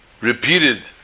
repeated